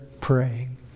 praying